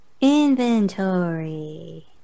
inventory